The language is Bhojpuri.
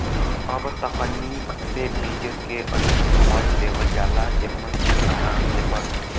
अब तकनीक से बीज के अइसन मल देवल जाला जेमन उ आराम से बढ़ सके